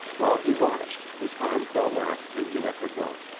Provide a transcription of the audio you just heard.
while he watched, his arm fell lax and he let her go.